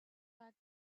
back